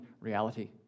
reality